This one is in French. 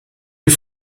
est